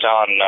on